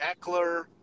Eckler